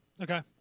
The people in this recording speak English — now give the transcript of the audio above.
Okay